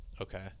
okay